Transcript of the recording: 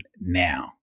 now